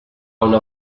una